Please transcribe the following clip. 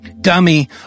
dummy